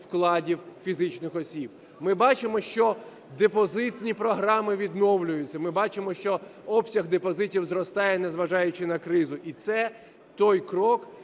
вкладів фізичних осіб. Ми бачимо, що депозитні програми відновлюються. Ми бачимо, що обсяг депозитів зростає, незважаючи на кризу. І це той крок,